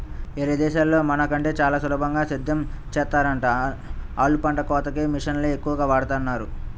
యేరే దేశాల్లో మన కంటే చానా సులభంగా సేద్దెం చేత్తన్నారంట, ఆళ్ళు పంట కోతకి మిషన్లనే ఎక్కువగా వాడతన్నారు